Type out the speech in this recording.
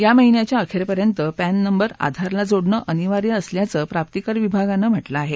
या महिन्याच्या अखेरपर्यंत पॅन नंबर आधारला जोडणं अनिवार्य असल्याचं प्राप्तीकर विभागानं म्हटलं आहे